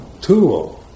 tool